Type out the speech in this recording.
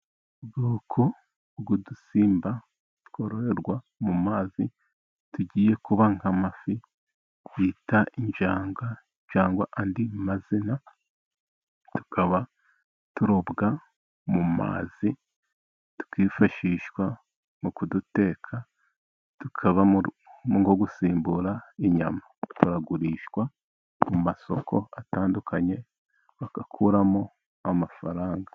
Ubwoko bw'udusimba twororerwa mu mazi tugiye kuba nk'amafi twita injanga, cyangwa andi mazina tukaba turobwa mu mazi. Twifashishwa mu kuduteka tukaba nko gusimbura inyama, turagurishwa mu masoko atandukanye bagakuramo amafaranga.